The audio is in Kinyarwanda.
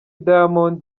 diamond